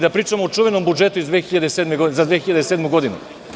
Da pričamo o čuvenom budžetu za 2007. godinu.